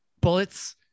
Bullets